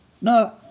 No